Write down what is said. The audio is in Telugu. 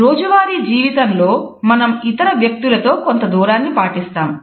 రోజువారీ జీవితంలో మనం ఇతర వ్యక్తులతో కొంత దూరాన్ని పాటిస్తాము